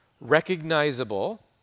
recognizable